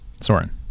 Soren